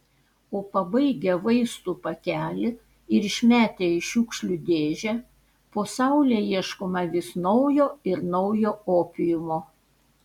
o pabaigę vaistų pakelį ir išmetę į šiukšlių dėžę po saule ieškome vis naujo ir naujo opiumo